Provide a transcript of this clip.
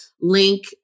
link